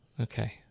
okay